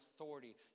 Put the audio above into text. authority